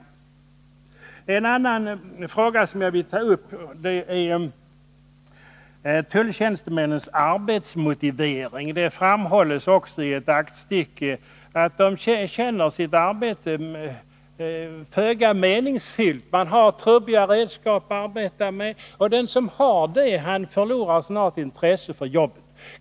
En annan fråga som jag vill ta upp är tulltjänstemännens arbetsmotivering. Det framhålls i ett aktstycke att de känner sitt arbete föga meningsfullt. De har trubbiga redskap att arbeta med, och den som har det förlorar snart intresset för jobbet.